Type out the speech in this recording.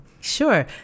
Sure